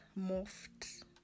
morphed